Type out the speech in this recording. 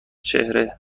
چهره